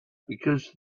because